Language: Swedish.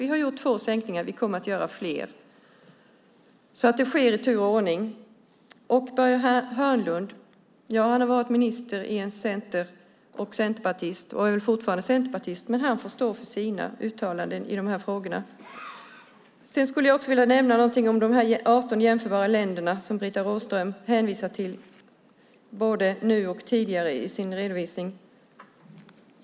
Vi har gjort två sänkningar. Vi kommer att göra fler. De sker i tur och ordning. Börje Hörnlund har varit minister och är centerpartist. Han får stå för sina uttalanden i de här frågorna. Jag vill också säga något om de 18 jämförbara länderna som Britta Rådström hänvisar till.